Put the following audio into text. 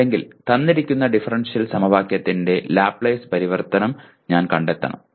അല്ലെങ്കിൽ തന്നിരിക്കുന്ന ഡിഫറൻഷ്യൽ സമവാക്യത്തിന്റെ ലാപ്ലേസ് പരിവർത്തനം ഞാൻ കണ്ടെത്തണം